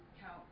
count